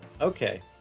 okay